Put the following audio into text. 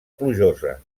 plujosa